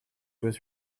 was